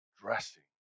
dressing